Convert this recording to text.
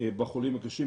בחולים הקשים,